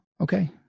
Okay